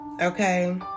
Okay